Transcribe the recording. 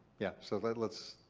yeah. so like let's.